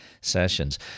sessions